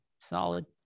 Solid